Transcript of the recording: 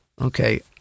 Okay